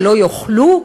שלא יאכלו?